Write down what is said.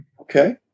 Okay